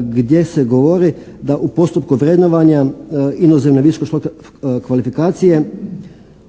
gdje se govori da u postupku vrednovanja inozemne visokoškolske kvalifikacije